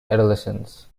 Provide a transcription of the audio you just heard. adolescence